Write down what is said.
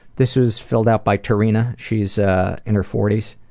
this is filled out by tarina. she's ah in her forty s.